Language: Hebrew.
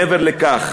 מעבר לכך